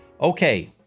Okay